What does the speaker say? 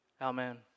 Amen